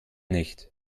nicht